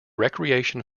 recreation